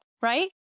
Right